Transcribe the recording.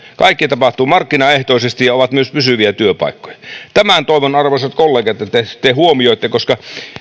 kaikki tapahtuu markkinaehtoisesti ja ne ovat myös pysyviä työpaikkoja tämän toivon arvoisat kollegat että te huomioitte koska